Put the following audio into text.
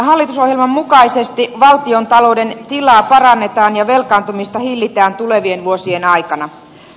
hallitusohjelman mukaisesti valtiontalouden tilaa parannetaan ja velkaantumista hillitään tulevien vuosien aikana